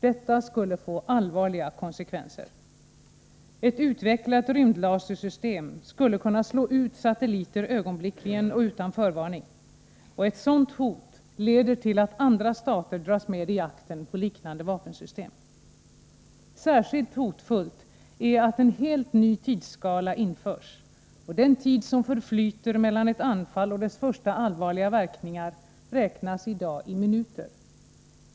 Detta skulle få allvarliga konsekvenser. Ett utvecklat rymdlasersystem skulle kunna ”slå ut” satelliter ögonblickligen och utan förvarning. Ett sådant hot leder till att andra stater dras med i jakten på liknande vapensystem. Särskilt hotfullt är att en helt ny tidsskala införs. Den tid som förflyter mellan ett anfall och dess första allvarliga verkningar räknas i dag i minuter.